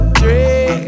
three